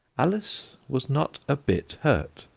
alice was not a bit hurt,